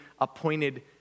appointed